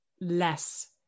less